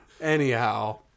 Anyhow